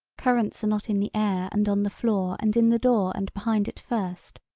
currents are not in the air and on the floor and in the door and behind it first.